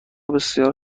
بسیار